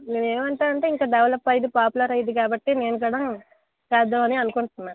నేను ఏమంటాను అంటే ఇంక డెవలప్ అయిద్ది ఇక పాపులర్ అయిద్ది కాబట్టి నేను కూడా చేద్దామని అనుకుంటున్నాను